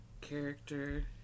character